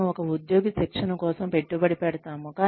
మనము ఒక ఉద్యోగి శిక్షణ కోసం పెట్టుబడి పెడతాము